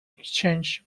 exchange